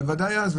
אבל ודאי אז.